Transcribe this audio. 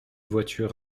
voiture